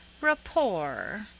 rapport